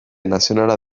nazionala